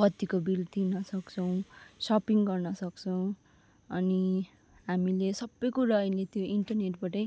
बत्तीको बिल तिर्न सक्छौँ सपिङ गर्न सक्छौँ अनि हामीले सबै कुरा अहिले त्यो इन्टरनेटबाटै